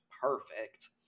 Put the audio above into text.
perfect